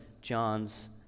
John's